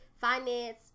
Finance